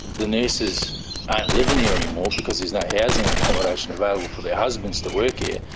the nurses aren't living here anymore, because there's no housing accommodation available for their husbands to work here.